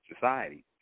society